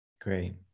great